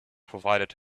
provided